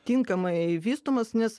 tinkamai vystomas nes